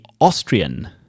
Austrian